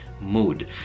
mood